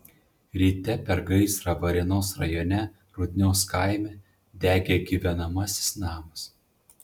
ryte per gaisrą varėnos rajone rudnios kaime degė gyvenamasis namas